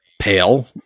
pale